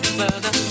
further